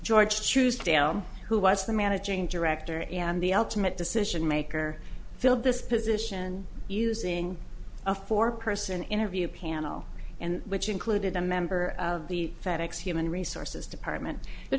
george choose down who was the managing director and the ultimate decision maker filled this position using a four person interview panel and which included a member of the fed ex human resources department but